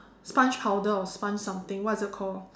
sponge powder or sponge something what is it called